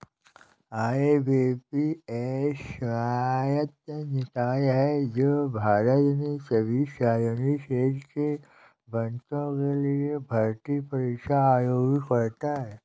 IBPS स्वायत्त निकाय है जो भारत में सभी सार्वजनिक क्षेत्र के बैंकों के लिए भर्ती परीक्षा आयोजित करता है